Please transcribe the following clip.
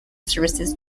services